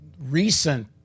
recent